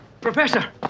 Professor